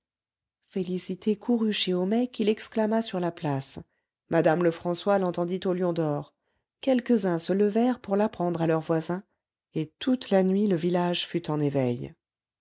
félicité courut chez homais qui l'exclama sur la place madame lefrançois l'entendit au lion d'or quelques-uns se levèrent pour l'apprendre à leurs voisins et toute la nuit le village fut en éveil